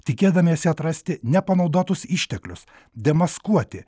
tikėdamiesi atrasti nepanaudotus išteklius demaskuoti